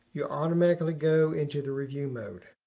you automatically go into the review mode.